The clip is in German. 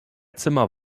zimmer